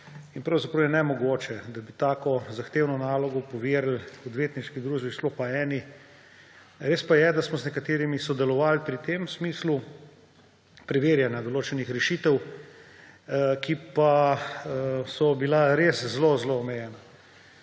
in pravzaprav je nemogoče, da bi tako zahtevno nalogo poverili odvetniški družbi, sploh pa eni. Res pa je, da smo z nekaterimi sodelovali v tem smislu preverjanja določenih rešitev, ki pa so bila res zelo zelo omejena.